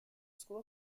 school